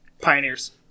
Pioneers